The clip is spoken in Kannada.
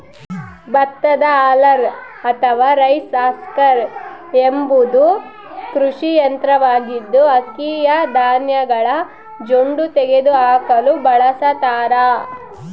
ಭತ್ತದ ಹಲ್ಲರ್ ಅಥವಾ ರೈಸ್ ಹಸ್ಕರ್ ಎಂಬುದು ಕೃಷಿ ಯಂತ್ರವಾಗಿದ್ದು, ಅಕ್ಕಿಯ ಧಾನ್ಯಗಳ ಜೊಂಡು ತೆಗೆದುಹಾಕಲು ಬಳಸತಾರ